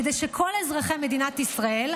כדי שכל אזרחי מדינת ישראל,